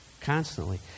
Constantly